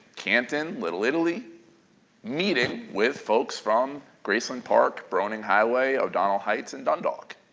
canton, little italy meeting with folks from graceland park, broening highway, o'donnell heights and dundalk,